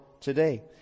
today